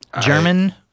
german